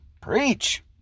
preach